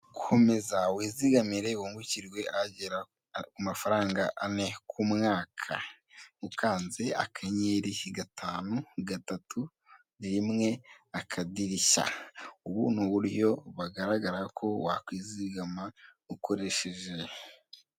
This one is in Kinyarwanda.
Komeza wizigamire wungukirwe agera ku mafaranga ane k'umwaka ukanze akanyenyeri gatatu gatatu rimwe akadirishya ubu ni uburyo bugaragara ko wakizigama ukoresheje.